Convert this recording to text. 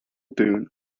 boon